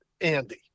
Andy